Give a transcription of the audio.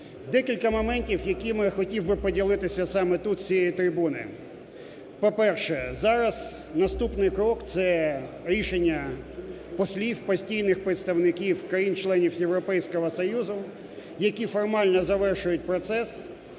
Декілька моментів, якими хотів би поділитися саме тут з цієї трибуни. По-перше, зараз наступний крок – це рішення послів, постійних представників країн-членів Європейського Союзу, які формально завершують процес,